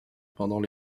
pendant